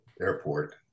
airport